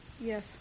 Yes